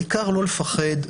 העיקר לא לפחד,